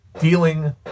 dealing